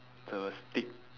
the stick